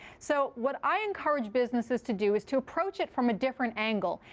so what i encourage businesses to do is to approach it from a different angle.